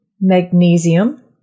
magnesium